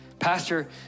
Pastor